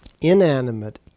inanimate